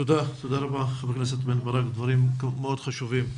תודה רבה חבר הכנסת בן ברק, דברים מאוד חשובים.